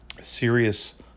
serious